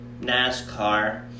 NASCAR